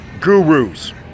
gurus